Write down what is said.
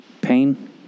pain